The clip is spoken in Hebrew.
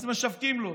אז משווקים לו.